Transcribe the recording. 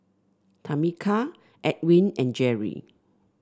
Tameka Edwin and Jeri